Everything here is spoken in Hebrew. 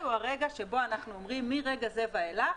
הוא הרגע שבו אנחנו אומרים שמרגע זה ואילך